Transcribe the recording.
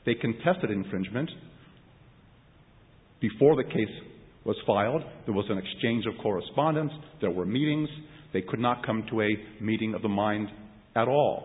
they contested infringement before the case was filed there was an exchange of correspondence there were meetings they could not come to a meeting of the mind at all